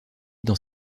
dans